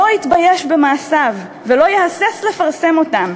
לא יתבייש במעשיו ולא יהסס לפרסם אותם,